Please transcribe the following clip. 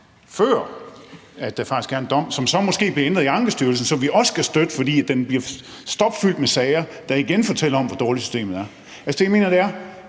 før der faktisk er en dom, som så måske bliver ændret i Ankestyrelsen, som vi også skal støtte, fordi den bliver stopfyldt med sager, og det fortæller igen noget om, hvor dårligt systemet er. Altså, det, jeg mener, er,